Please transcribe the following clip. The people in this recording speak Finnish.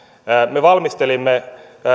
me valmistelimme jo